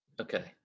Okay